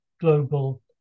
global